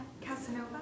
Casanova